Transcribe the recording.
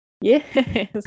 Yes